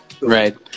Right